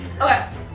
Okay